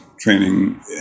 training